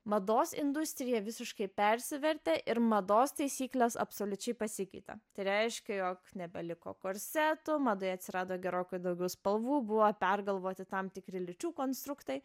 mados industrija visiškai persivertė ir mados taisyklės absoliučiai pasikeitė tai reiškia jog nebeliko korsetų madoje atsirado gerokai daugiau spalvų buvo pergalvoti tam tikri lyčių konstruktai